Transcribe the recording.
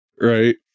Right